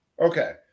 Okay